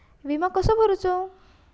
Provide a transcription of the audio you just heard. विमा कसो भरूचो?